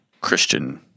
Christian